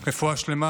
רפואה שלמה